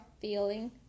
feeling